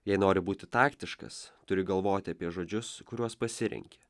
jei nori būti taktiškas turi galvoti apie žodžius kuriuos pasirenki